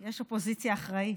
יש אופוזיציה אחראית.